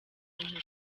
ibintu